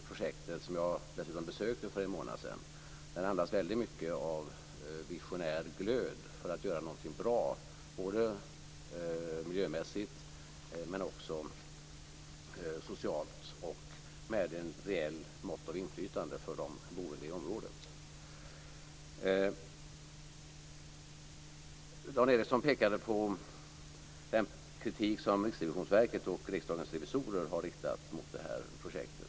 Projektet, som jag dessutom besökte för en månad sedan, andas mycket av visionär glöd för att göra någonting bra, både miljömässigt men också socialt och med ett rejält mått av inflytande för de boende i området. Dan Ericsson pekade på den kritik som Riksrevisionsverket och Riksdagens revisorer har riktat mot projektet.